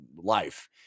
life